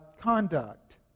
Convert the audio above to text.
conduct